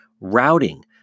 routing